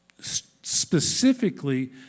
specifically